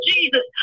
Jesus